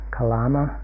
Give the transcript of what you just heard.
Kalama